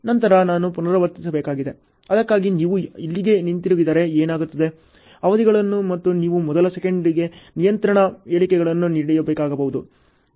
ನಂತರ ನಾನು ಪುನರಾವರ್ತಿಸಬೇಕಾಗಿದೆ ಅದಕ್ಕಾಗಿ ನೀವು ಇಲ್ಲಿಗೆ ಹಿಂತಿರುಗಿದರೆ ಏನಾಗುತ್ತದೆ ಅವಧಿಗಳು ಮತ್ತು ನೀವು ಮೊದಲ ಸೆಕೆಂಡಿಗೆ ನಿಯಂತ್ರಣ ಹೇಳಿಕೆಗಳನ್ನು ನೀಡಬೇಕಾಗಬಹುದು